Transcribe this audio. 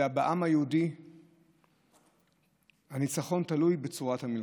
אלא שבעם היהודי הניצחון זה תלוי בצורת המלחמה,